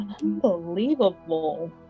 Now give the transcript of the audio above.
Unbelievable